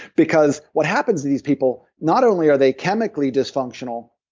because what happens to these people, not only are they chemically dysfunctional,